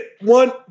one